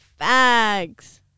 fags